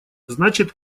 значит